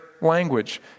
language